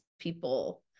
people